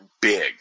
big